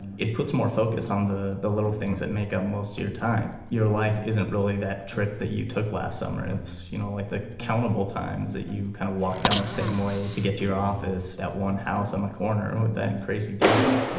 it puts more focus um on the little things that make up most of your time. your life isn't really that trip that you took last summer. it's you know like the countable times that you kind of walked down the same way to get to your office, that one house on the corner with that crazy dog. you